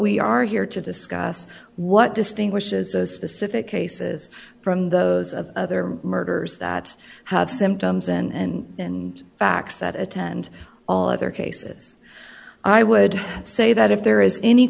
we are here to discuss what distinguishes those specific cases from those of other murders that have symptoms and facts that attend all other cases i would say that if there is any